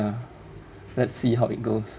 ya let's see how it goes